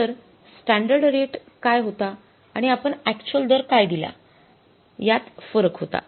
तर standard rate काय होता आणि आपण अक्चुअल दर काय दिला यात फरक होता